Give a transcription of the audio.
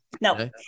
no